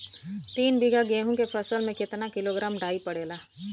तीन बिघा गेहूँ के फसल मे कितना किलोग्राम डाई पड़ेला?